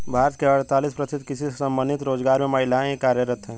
भारत के अड़तालीस प्रतिशत कृषि से संबंधित रोजगारों में महिलाएं ही कार्यरत हैं